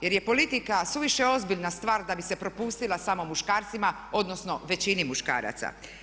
Jer je politika suviše ozbiljna stvar da bi se prepustila samo muškarcima odnosno većini muškaraca.